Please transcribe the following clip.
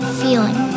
feeling